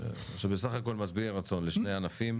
שבסך הכל משביעי רצון לשני ענפים.